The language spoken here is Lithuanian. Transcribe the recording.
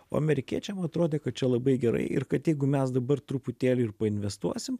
o amerikiečiam atrodė kad čia labai gerai ir kad jeigu mes dabar truputėlį ir painvestuosim